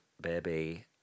baby